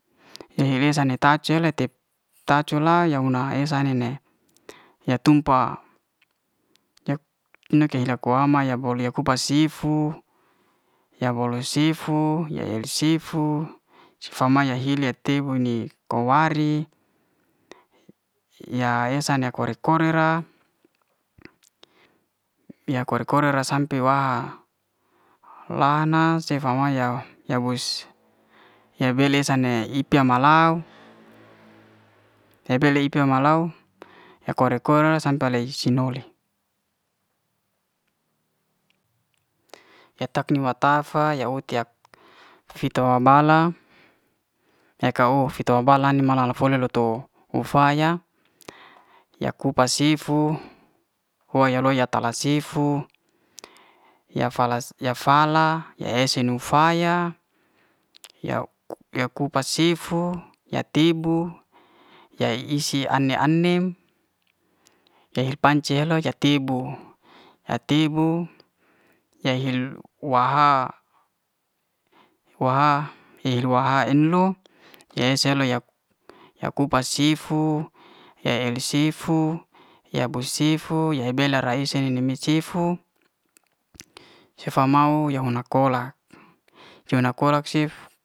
He'he nesa ni tacu te tacu la muna ya huna esa ni ne ya tumpah yak ke yako'yama ya bo'loh ya kupas sifu. ya bolo sifu, ya el sifu cef fama'ya he'let tebu ne kowari ya esa na kore kore'ra. ya kore kore'ra sampe wa'ha lanak sefa mae ya ya belis sa ne ipa malauw ya bele ipa malau ya kore kore sampe lei sinoli ye tak ne wata'fa ya uhti yak fita wa bala ye'ka of fi'to yabala mala'la fole'la to u'faya ya kupas sifu hwaya'loya ta'la sifu ya fala ya ase nu'faya. ya ya kupas sifu, ya tebu ya isi ane- anem ya pance hel'loy ya tebu ya tebu ya hel wa'ha wa'ha el'lu wa'ha enlu ya esa loy yak yak kupas sifu ya el'sifu ya bu sifu ya ra'bela ese ne me sifu sefa mau ya hona kolak. ya hona kolak cef.